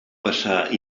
passar